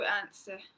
answer